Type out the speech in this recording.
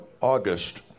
August